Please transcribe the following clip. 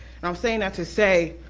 i'm saying that to say,